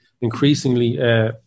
increasingly